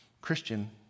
Christian